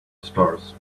stars